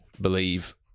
believe